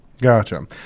Gotcha